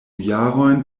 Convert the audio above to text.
jarojn